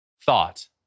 Thought